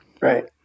Right